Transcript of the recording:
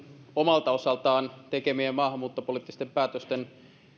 omalta osaltaan tekemillä maahanmuuttopoliittisilla